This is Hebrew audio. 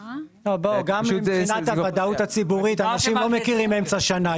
אנשים לא מכירים אמצע שנה.